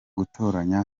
gutoranya